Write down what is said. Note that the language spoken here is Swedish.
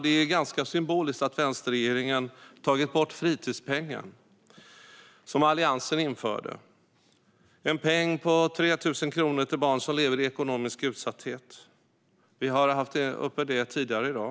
Det är ganska symboliskt att vänsterregeringen har tagit bort fritidspengen som Alliansen införde. Det var en peng på 3 000 kronor till barn som lever i ekonomisk utsatthet. Vi har haft det uppe här tidigare i dag.